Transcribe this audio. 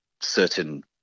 certain